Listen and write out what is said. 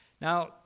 Now